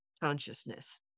Consciousness